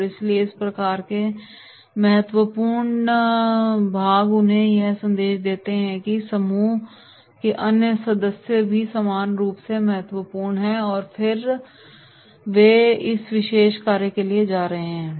और इसलिए इस प्रकार के महत्वपूर्ण भाग उन्हें यह संदेश देते हैं कि समूह के अन्य सदस्य भी समान रूप से महत्वपूर्ण हैं और फिर वे भी इस विशेष कार्य के लिए जा रहे हैं